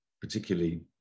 particularly